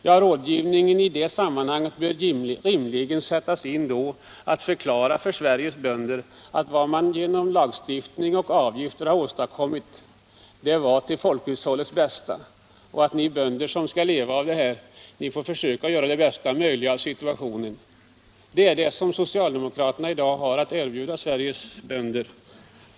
Ja, den bör rimligen sättas in för att förklara för Sveriges bönder att vad man genom lagstiftning och avgifter åstadkommit är till folkhushållets bästa och att de bönder som skall leva med detta får göra det bästa möjliga av situationen. Det är vad socialdemokraterna i dag har att erbjuda Sveriges bönder.